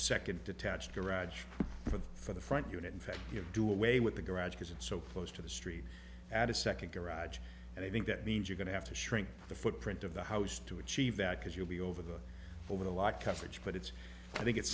second detached garage for the for the front unit in fact you do away with the garage because it's so close to the street at a second garage and i think that means you're going to have to shrink the footprint of the house to achieve that because you'll be over the over the lot coverage but it's i think it's